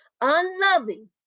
unloving